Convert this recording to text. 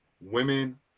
women